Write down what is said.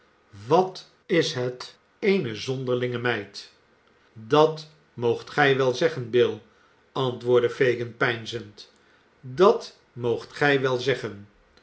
wat is het eene zonderlinge meid dat moogt gij wel zeggen bill antwoordde fagin peinzend dat moogt gij wel zeggen